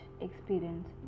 experience